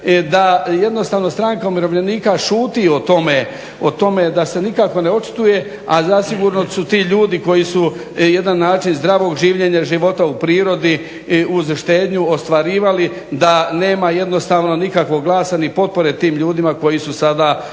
da jednostavno stranka umirovljenika šuti o tome da se nikako ne očituje a zasigurno su ti ljudi koji su jedan način zdravog življenja, života u prirodi uz štednju ostvarivali da nema jednostavno niakvog glasa ni potpore tim ljudima koji su sada u takvim